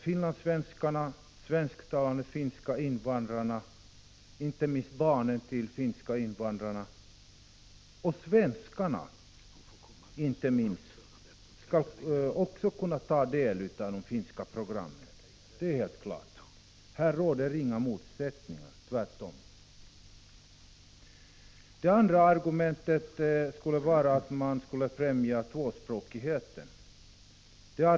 Finlandssvenskarna, de svensktalande finska invandrarna, inte minst barnen till de finska invandrarna, och även svenskarna skall också kunna ta del av de finska programmen. Detta är helt klart, och här råder det inga motsättningar — tvärtom. Det andra argumentet för textning är att tvåspråkigheten skulle främjas.